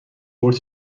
بٌرد